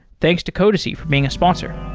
thanks to codacy for being a sponsor.